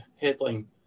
headline